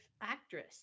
actress